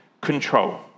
control